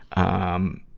um,